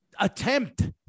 attempt